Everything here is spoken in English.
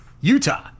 utah